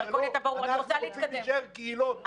אנחנו רוצים להישאר קהילות.